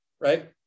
right